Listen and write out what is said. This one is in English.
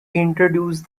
introduced